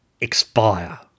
expire